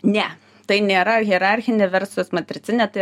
ne tai nėra hierarchinė verus matricinė tai